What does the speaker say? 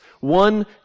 one